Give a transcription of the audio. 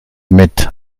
mit